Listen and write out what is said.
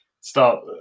start